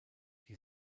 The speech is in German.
die